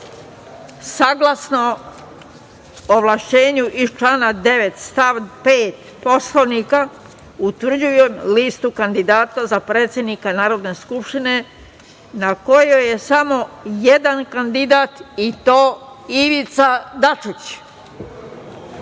ovlašćenju iz člana 9. stav 5. Poslovnika, utvrđujem listu kandidata za predsednika Narodne skupštine na kojoj je samo jedan kandidat, i to Ivica Dačić. Pošto